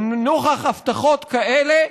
נוכח הבטחות כאלה,